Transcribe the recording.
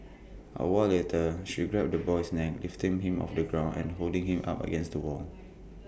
A while later she grabbed the boy's neck lifting him off the ground and holding him up against the wall